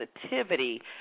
sensitivity